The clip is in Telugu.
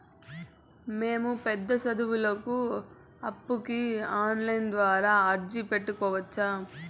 మేము పెద్ద సదువులకు అప్పుకి ఆన్లైన్ ద్వారా అర్జీ పెట్టుకోవచ్చా?